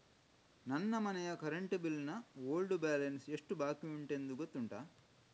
ನನ್ನ ಮನೆಯ current bill ನ ಓಲ್ಡ್ ಬ್ಯಾಲೆನ್ಸ್ ಎಷ್ಟು ಬಾಕಿಯುಂಟೆಂದು ಗೊತ್ತುಂಟ?